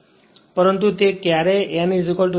પરંતુ તે ક્યારેય n n s પ્રાપ્ત કરશે નહીં